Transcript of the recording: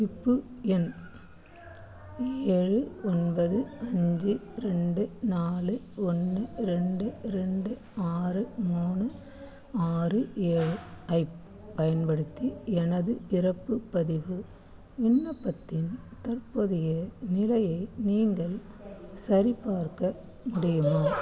குறிப்பு எண் ஏழு ஒன்பது அஞ்சு ரெண்டு நாலு ஒன்று ரெண்டு ரெண்டு ஆறு மூணு ஆறு ஏழு ஐப் பயன்படுத்தி எனது பிறப்பு பதிவு விண்ணப்பத்தின் தற்போதைய நிலையை நீங்கள் சரிபார்க்க முடியுமா